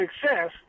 success